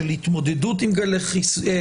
של התמודדות עם גלי תחלואה,